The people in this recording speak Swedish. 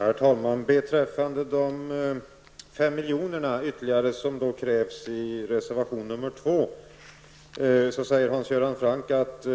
Herr talman! Beträffande de 5 milj.kr. ytterligare som krävs i reservation 2 säger Hans Göran Franck att